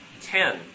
Ten